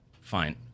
fine